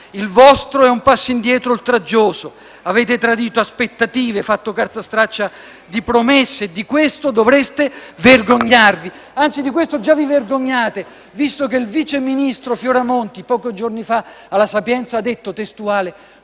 Il vostro è un passo indietro oltraggioso; avete tradito aspettative, fatto carta straccia di promesse. Di questo dovreste vergognarvi; anzi, di questo già vi vergognate, visto che il vice ministro Fioramonti pochi giorni fa alla Sapienza ha detto testuale: